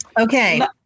Okay